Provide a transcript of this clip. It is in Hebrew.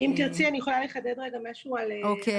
אם תרצי, אני יכולה לחדד רגע משהו על צעירים.